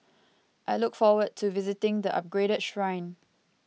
I look forward to visiting the upgraded shrine